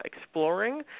exploring